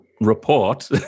report